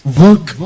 work